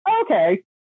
okay